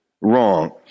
wrong